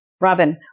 Robin